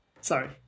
Sorry